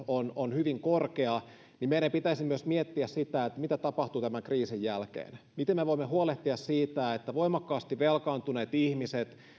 on on hyvin korkea niin meidän pitäisi myös miettiä sitä mitä tapahtuu tämän kriisin jälkeen miten me voimme huolehtia siitä että voimakkaasti velkaantuneet ihmiset